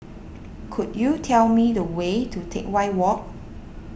could you tell me the way to Teck Whye Walk